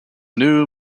new